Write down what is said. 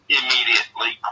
immediately